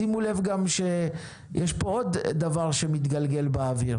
שימו לב גם שיש פה עוד דבר שמתגלגל באוויר